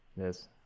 Yes